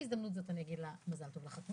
בהזדמנות זאת אני רוצה לאחל לה מזל טוב לחתונה.